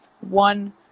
one